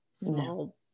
small